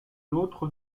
l’autre